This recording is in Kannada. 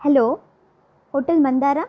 hello hotel Mandara